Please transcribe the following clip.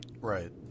Right